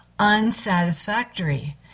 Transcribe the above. Unsatisfactory